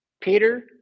Peter